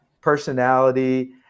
personality